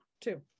Two